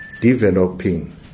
developing